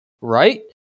right